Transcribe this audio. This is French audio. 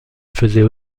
faisait